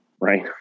right